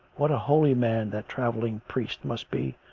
what a holy man that travelling priest must be,